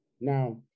Now